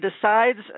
decides